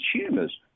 consumers